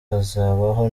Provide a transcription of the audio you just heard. hazabaho